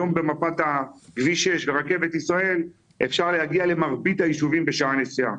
היום במפת כביש 6 ורכבת ישראל אפשר להגיע למרבית היישובים בשעה נסיעה,